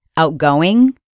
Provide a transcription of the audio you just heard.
Outgoing